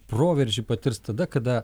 proveržį patirs tada kada